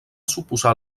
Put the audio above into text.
suposar